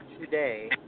today